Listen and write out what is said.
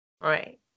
Right